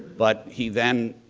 but he then,